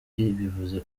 bivuze